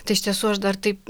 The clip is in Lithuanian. tai iš tiesų aš dar taip